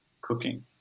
cooking